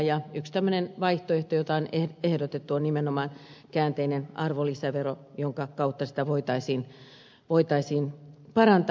yksi tämmöinen vaihtoehto jota on ehdotettu on nimenomaan käänteinen arvonlisävero jonka kautta tilannetta voitaisiin parantaa